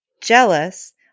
jealous